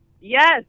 Yes